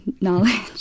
knowledge